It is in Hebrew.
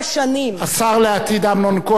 אני מבקש מאדוני לא לדבר עם היציע.